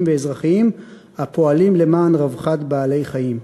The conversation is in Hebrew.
ואזרחיים הפועלים למען רווחת בעלי-חיים.